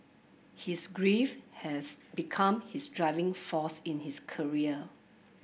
his grief has become his driving force in his career